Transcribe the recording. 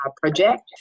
project